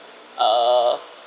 uh